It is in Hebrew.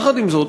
יחד עם זאת,